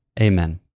amen